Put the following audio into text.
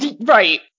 right